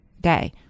day